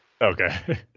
Okay